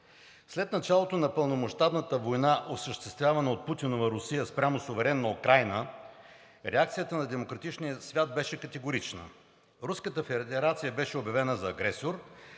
след началото на пълномащабната война, осъществявана от Путинова Русия спрямо суверенна Украйна, реакцията на демократичния свят беше категорична. Руската федерация беше обявена за агресор,